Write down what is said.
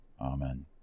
Amen